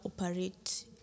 operate